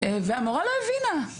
המורה לא הבינה,